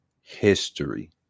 history